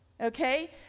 okay